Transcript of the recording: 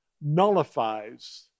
nullifies